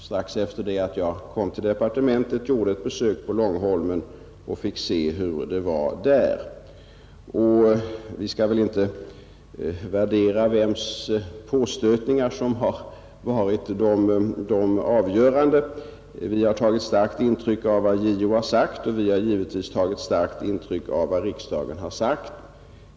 Strax efter det jag kom till departementet gjorde jag ett besök på Långholmen och fick se hur det var där. Det finns väl ingen anledning att värdera vems påstötningar som har varit det avgörande, Vi har tagit starkt intryck av vad JO har sagt, och vi har tagit starkt intryck av vad riksdagen har sagt.